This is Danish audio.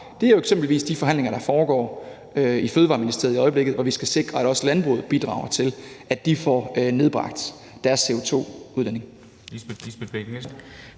er jo eksempelvis de forhandlinger, der foregår i Fødevareministeriet i øjeblikket, hvor vi skal sikre, at også landbruget bidrager til, at de får nedbragt deres CO2-udledning.